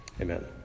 Amen